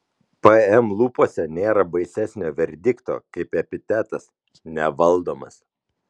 pm lūpose nėra baisesnio verdikto kaip epitetas nevaldomas